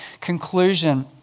conclusion